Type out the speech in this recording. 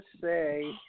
say